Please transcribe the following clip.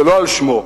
זה לא על שמו,